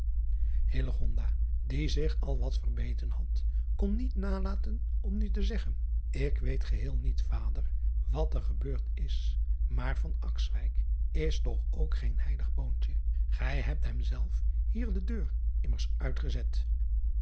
die zich al wat verbeten had kon niet nalaten om nu te zeggen k weet geheel niet vader wat er gebeurd is maar driaan oosjes zn et leven van illegonda uisman is toch ook geen heilig bontje ij hebt hem zelf hier de deur immers uitgezet